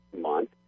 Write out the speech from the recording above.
month